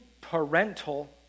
parental